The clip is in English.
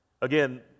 again